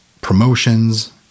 promotions